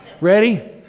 Ready